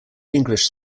english